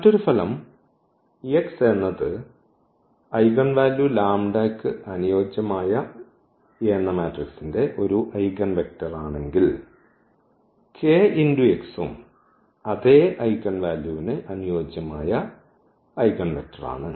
മറ്റൊരു ഫലം x എന്നത് ഐഗൻവാല്യൂ യ്ക്ക് അനുയോജ്യമായ A യുടെ ഒരു ഐഗൻവെക്റ്റർ ആണെങ്കിൽ ഈ kx ഉം അതേ ഐഗൻവാല്യൂന് അനുയോജ്യമായ ഐഗൻവെക്റ്റർ ആണ്